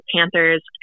Panthers